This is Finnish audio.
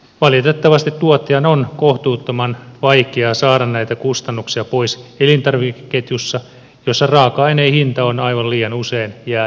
valitettavasti tuottajan on kohtuuttoman vaikea saada näitä kustannuksia pois elintarvikeketjussa jossa raaka aineen hinta on aivan liian usein jäännöshinta